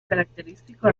característico